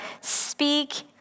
speak